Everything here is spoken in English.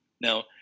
Now